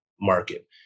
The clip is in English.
market